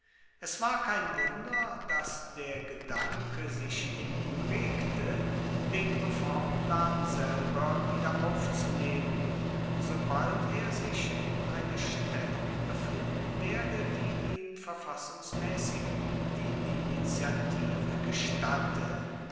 es war kein wunder daß der gedanke sich in ihm regte den reformplan selber wiederaufzunehmen sobald er sich in einer stellung befinden werde die ihm verfassungsmäßig die initiative gestatte